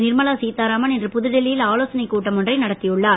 நிர்மலா சீதாராமன் இன்று புதுடெல்லியில் ஆலோசனைக் கூட்டம் ஒன்றை நடத்தியுள்ளார்